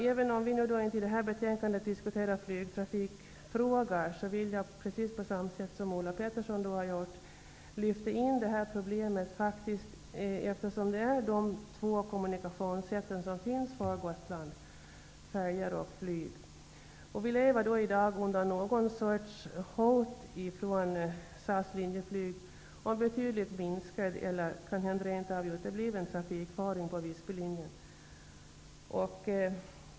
Även om inte flygtrafikfrågor diskuteras i detta betänkande, vill jag, precis som Ulla Pettersson, lyfta in problemet i diskussionen. De två kommunikationssätt som finns för Gotland är färjor och flyg. Vi lever i dag under någon sorts hot från SAS/Linjeflyg om betydligt minskad eller rent av utebliven trafikföring på Visbylinjen.